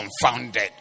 confounded